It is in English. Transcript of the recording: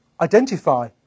identify